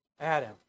Adam